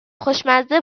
خوشمزه